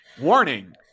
warning